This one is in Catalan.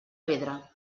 pedra